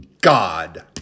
God